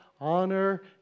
honor